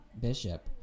Bishop